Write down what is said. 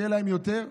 יהיה להם יותר,